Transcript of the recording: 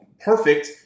perfect